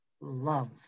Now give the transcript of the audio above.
love